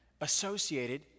associated